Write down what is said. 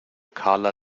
karla